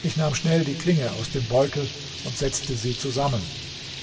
ich nahm schnell die klinge aus dem beutel und setzte sie zusammen